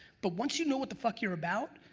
but once you know what the fuck you're about,